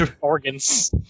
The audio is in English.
organs